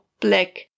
black